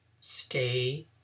stay